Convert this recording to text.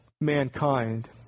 mankind